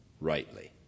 rightly